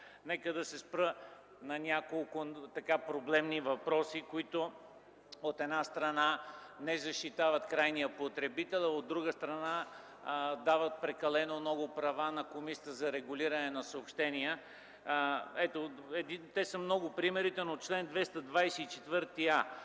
Нека да се спра на няколко проблемни въпроса, които, от една страна, не защитават крайния потребител, а от друга страна, дават прекалено много права на Комисията за регулиране на съобщенията. Много са примерите, но чл. 224а –